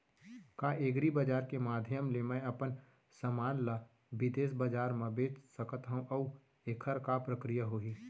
का एग्रीबजार के माधयम ले मैं अपन समान ला बिदेसी बजार मा बेच सकत हव अऊ एखर का प्रक्रिया होही?